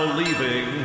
leaving